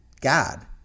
God